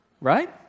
Right